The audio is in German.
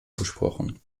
gesprochen